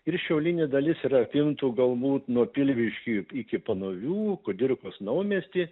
ir šiaulinė dalis yra apimtų galbūt nuo pilviškių iki panovių kudirkos naumiestį